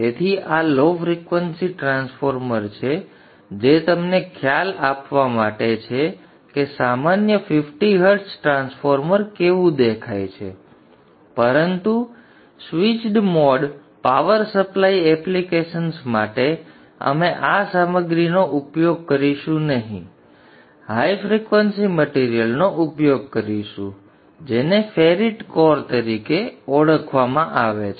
તેથી આ low frequency transformer છે જે તમને ખ્યાલ આપવા માટે છે કે સામાન્ય 50 હર્ટ્ઝ ટ્રાન્સફોર્મર કેવું દેખાય છે પરંતુ switched mode power supply applications માટે અમે આ સામગ્રીનો ઉપયોગ કરીશું નહીં અમે હાઇ ફ્રિક્વન્સી મટિરિયલનો ઉપયોગ કરીશું જેને ફેરીટ કોર તરીકે ઓળખવામાં આવે છે